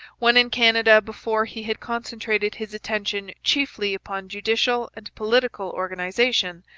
when in canada before he had concentrated his attention chiefly upon judicial and political organization,